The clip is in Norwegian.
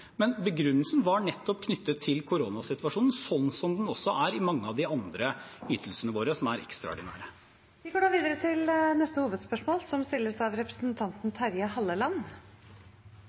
Men begrunnelsen var nettopp knyttet til koronasituasjonen, slik den er i også mange av de andre ytelsene våre som er ekstraordinære. Vi går videre til neste hovedspørsmål.